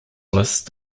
list